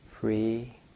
Free